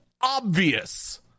obvious